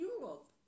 Europe